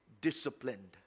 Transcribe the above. disciplined